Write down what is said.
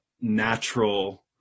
natural